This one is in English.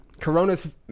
Corona's